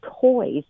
toys